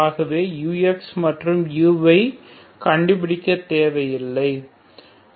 ஆகவே ux மற்றும் uy கண்டுபிடிக்க தேவை உள்ளது